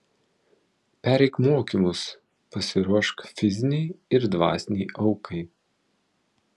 pereik mokymus pasiruošk fizinei ir dvasinei aukai